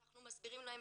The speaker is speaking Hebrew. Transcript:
מסבירים להם,